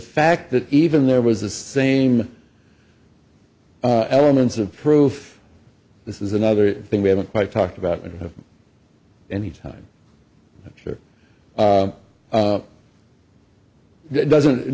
fact that even there was the same elements of proof this is another thing we haven't quite talked about any time i'm sure it doesn't it